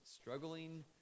struggling